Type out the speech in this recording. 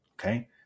Okay